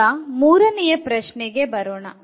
ಈಗ ಮೂರನೆಯ ಪ್ರಶ್ನೆಗೆ ಬರೋಣ